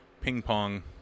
ping-pong